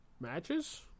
matches